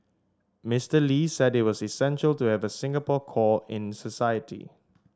Mister Lee said it was essential to have a Singapore core in society